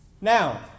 Now